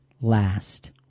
last